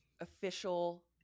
official